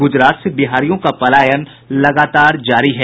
गुजरात से बिहारियों का पलायन लगातार जारी है